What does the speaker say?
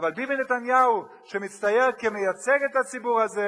אבל ביבי נתניהו, שמצטייר כמייצג את הציבור הזה,